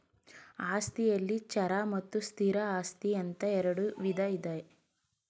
ಆಸ್ತಿಯಲ್ಲಿ ಚರ ಮತ್ತು ಸ್ಥಿರ ಆಸ್ತಿ ಅಂತ ಇರುಡು ವಿಧ ಇದೆ